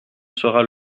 sera